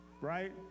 right